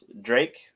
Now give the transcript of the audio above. Drake